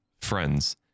friends